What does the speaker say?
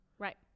Right